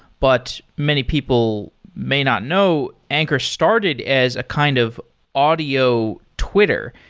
but many people may not know, anchor started as a kind of audio twitter.